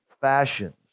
fashions